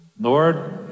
Lord